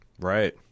Right